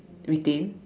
retain